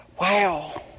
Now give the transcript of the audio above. Wow